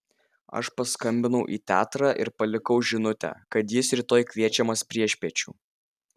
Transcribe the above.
aš paskambinau į teatrą ir palikau žinutę kad jis rytoj kviečiamas priešpiečių